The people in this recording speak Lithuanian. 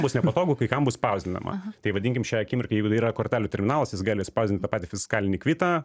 bus nepatogu kai kam bus spausdinama tai vadinkim šiai akimirkai jeigu tai yra kortelių terminalas jis gali išspausdint tą patį fiskalinį kvitą